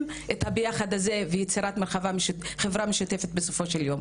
את הביחד הזה ויצירת חברה משותפת בסופו של יום.